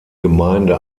gemeinde